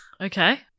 Okay